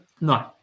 No